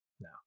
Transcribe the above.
no